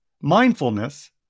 mindfulness